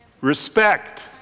respect